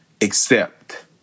accept